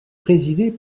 présidée